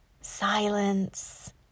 silence